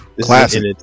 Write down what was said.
Classic